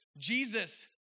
Jesus